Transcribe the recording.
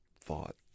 thought